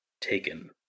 taken